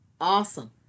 Awesome